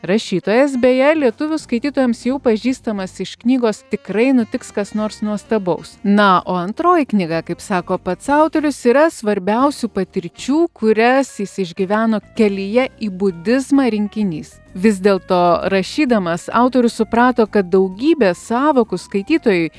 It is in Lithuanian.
rašytojas beje lietuvių skaitytojams jau pažįstamas iš knygos tikrai nutiks kas nors nuostabaus na o antroji knyga kaip sako pats autorius yra svarbiausių patirčių kurias jis išgyveno kelyje į budizmą rinkinys vis dėlto rašydamas autorius suprato kad daugybė sąvokų skaitytojui